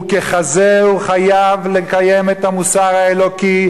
וככזה הוא חייב לקיים את המוסר האלוקי,